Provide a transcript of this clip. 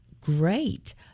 Great